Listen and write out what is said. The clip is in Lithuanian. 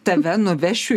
tave nuvešiu